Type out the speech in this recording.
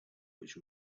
which